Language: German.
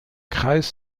kreis